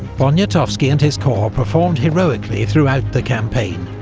poniatowski and his corps performed heroically throughout the campaign,